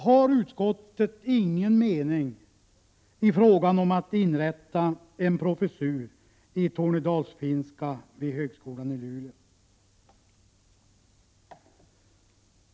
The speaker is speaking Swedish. Har utskottet ingen mening när det gäller inrättandet av en professur i tornedalsfinska vid högskolan i Luleå?